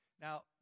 Now